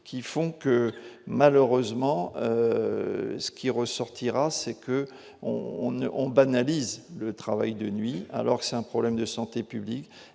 qui font que, malheureusement, ce qui ressortira c'est que on on ne on banalise le travail de nuit, alors que c'est un problème de santé publique